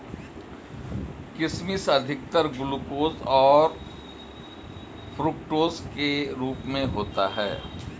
किशमिश अधिकतर ग्लूकोस और फ़्रूक्टोस के रूप में होता है